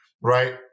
right